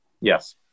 Yes